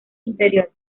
interior